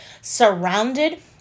surrounded